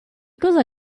cosa